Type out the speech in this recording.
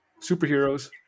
superheroes